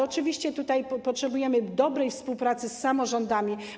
Oczywiście potrzebujemy dobrej współpracy z samorządami.